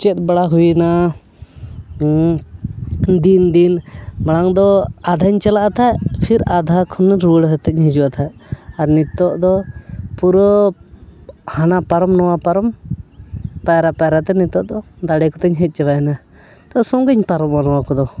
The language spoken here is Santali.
ᱪᱮᱫ ᱵᱟᱲᱟ ᱦᱩᱭᱱᱟ ᱫᱤᱱ ᱫᱤᱱ ᱢᱟᱲᱟᱝ ᱫᱚ ᱟᱫᱷᱟᱧ ᱪᱟᱞᱟᱜᱼᱟ ᱛᱟᱦᱮᱫ ᱯᱷᱤᱨ ᱟᱫᱷᱟ ᱠᱷᱚᱱ ᱨᱩᱣᱟᱹᱲ ᱦᱚᱛᱮᱡ ᱤᱧ ᱦᱤᱡᱩᱜᱼᱟ ᱛᱟᱦᱮᱸᱫ ᱟᱨ ᱱᱤᱛᱳᱜ ᱫᱚ ᱯᱩᱨᱟᱹ ᱦᱟᱱᱟ ᱯᱟᱨᱚᱢ ᱱᱚᱣᱟ ᱯᱟᱨᱚᱢ ᱯᱟᱭᱨᱟ ᱯᱟᱭᱨᱟᱛᱮ ᱱᱤᱛᱳᱜ ᱫᱚ ᱫᱟᱲᱮ ᱠᱚᱛᱮᱧ ᱦᱮᱡ ᱪᱟᱵᱟᱭᱮᱱᱟ ᱛᱚ ᱥᱚᱸᱜᱮᱧ ᱯᱟᱨᱚᱢᱚᱜᱼᱟ ᱱᱚᱣᱟ ᱠᱚᱫᱚ